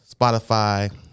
Spotify